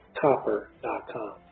copper.com